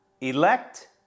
elect